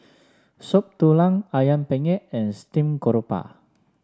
Soup Tulang ayam Penyet and Steamed Garoupa